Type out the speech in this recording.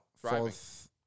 Fourth